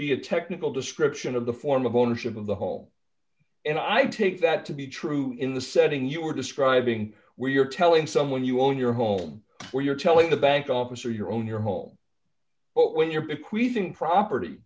be a technical description of the form of ownership of the home and i take that to be true in the setting you were describing where you're telling someone you own your home or you're telling the bank officer your own your home but when you're